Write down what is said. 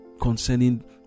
concerning